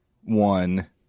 one